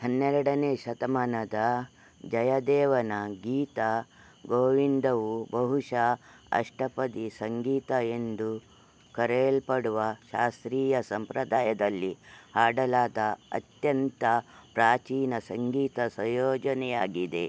ಹನ್ನೆರಡನೇ ಶತಮಾನದ ಜಯದೇವನ ಗೀತ ಗೋವಿಂದವು ಬಹುಶಃ ಅಷ್ಟಪದಿ ಸಂಗೀತ ಎಂದು ಕರೆಯಲ್ಪಡುವ ಶಾಸ್ತ್ರೀಯ ಸಂಪ್ರದಾಯದಲ್ಲಿ ಹಾಡಲಾದ ಅತ್ಯಂತ ಪ್ರಾಚೀನ ಸಂಗೀತ ಸಂಯೋಜನೆಯಾಗಿದೆ